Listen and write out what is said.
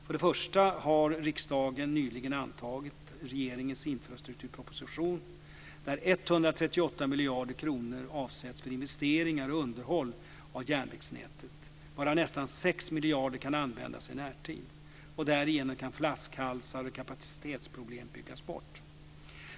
För det första har riksdagen nyligen antagit regeringens infrastrukturproposition, där 138 miljarder kronor avsätts för investeringar och underhåll av järnvägsnätet, varav nästan 6 miljarder kan användas i närtid. Därigenom kan flaskhalsar och kapacitetsproblem byggas bort.